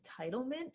entitlement